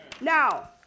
Now